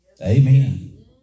Amen